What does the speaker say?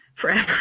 Forever